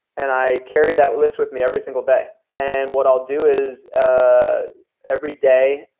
and i carry that list with me every single day. and what i'll do is ah every day,